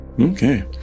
Okay